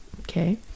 Okay